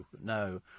no